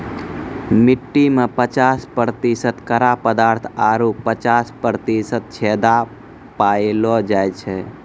मट्टी में पचास प्रतिशत कड़ा पदार्थ आरु पचास प्रतिशत छेदा पायलो जाय छै